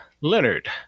Leonard